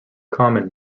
common